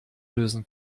lösen